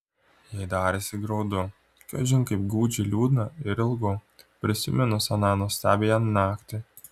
jai darėsi graudu kažin kaip gūdžiai liūdna ir ilgu prisiminus aną nuostabiąją naktį